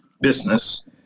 business